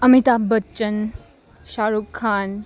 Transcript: Amitabh Bachchan Shahrukh Khan